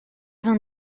vingt